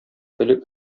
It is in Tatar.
элек